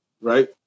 right